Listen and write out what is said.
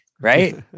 Right